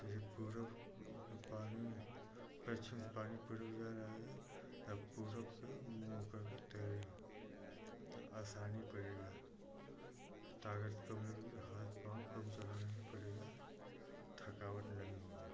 जैसे पूरब के पानी पश्चिम से पानी पूरब जा रहा है तब पूरब के मुँह कर कर तैरें तो आसानी पड़ेगा ताकत कम लगेगी हाथ पाँव कम चलाना पड़ेगा थकावट नहीं होगी